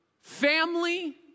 family